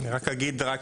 תודה, אני רק אגיד רק